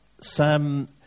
Sam